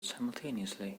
simultaneously